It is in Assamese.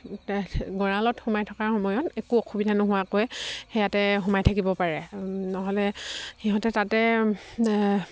গঁৰালত সোমাই থকাৰ সময়ত একো অসুবিধা নোহোৱাকৈ সেয়াতে সোমাই থাকিব পাৰে নহ'লে সিহঁতে তাতে